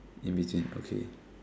in between okay